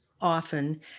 often